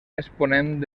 exponent